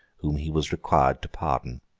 whom he was required to pardon.